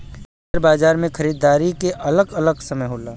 share बाजार मे खरीदारी के अलग अलग समय होला